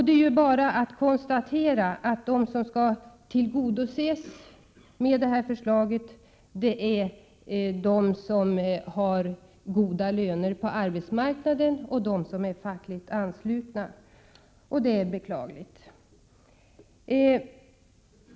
Det är bara att konstatera att de som skall tillgodoses med detta förslag är de som har goda löner på arbetsmarknaden och de som är fackligt anslutna. Det är beklagligt.